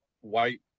white